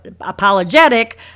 apologetic